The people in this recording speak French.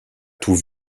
tout